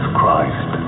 Christ